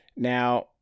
Now